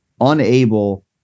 unable